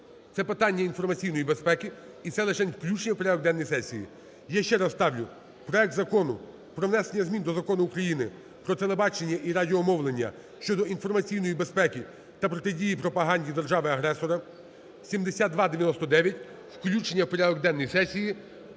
Це питання інформаційної безпеки, і це лишень включення у порядок денний сесії. Я ще раз ставлю проект Закону про внесення змін до Закону України "Про телебачення і радіомовлення" щодо інформаційної безпеки та протидії пропаганді держави-агресора (7299), включення у порядок денний сесії